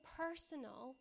personal